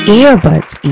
earbuds